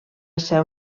seu